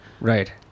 Right